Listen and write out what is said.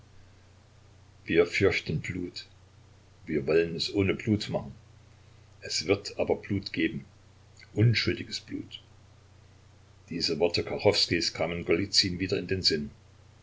wir fürchten blut wir wollen es ohne blut machen es wird aber blut geben unschuldiges blut diese worte kachowskijs kamen golizyn wieder in den sinn